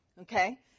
Okay